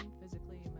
physically